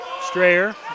Strayer